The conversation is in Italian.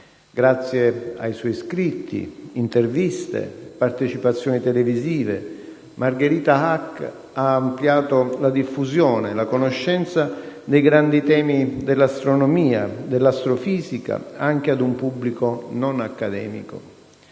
Grazie ai suoi scritti, interviste e partecipazioni televisive, Margherita Hack ha ampliato la diffusione e la conoscenza dei grandi temi dell'astronomia e dell'astrofisica anche ad un pubblico non accademico.